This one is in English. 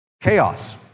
chaos